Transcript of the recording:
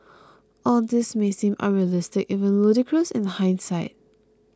all this may seem unrealistic even ludicrous in hindsight